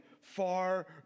far